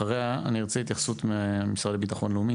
אחריה אני ארצה התייחסות מהמשרד לביטחון לאומי,